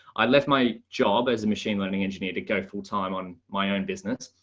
i left my job as a machine learning engineer to go full time on my own business.